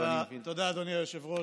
תודה, אדוני היושב-ראש.